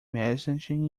messaging